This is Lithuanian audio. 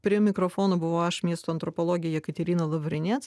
prie mikrofono buvau aš miesto antropologė jekaterina lavrinec